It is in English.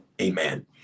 amen